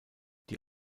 die